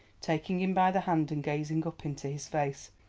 taking him by the hand and gazing up into his face,